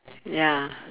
ya